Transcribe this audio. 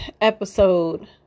episode